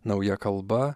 nauja kalba